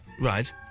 Right